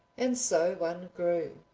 and so one grew.